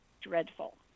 dreadful